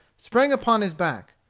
sprang upon his back.